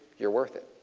you're worth it.